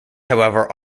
however